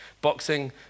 Boxing